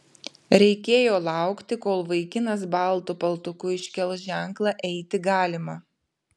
reikėjo laukti kol vaikinas baltu paltuku iškels ženklą eiti galima